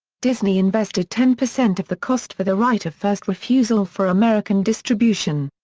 disney invested ten percent of the cost for the right of first refusal for american distribution.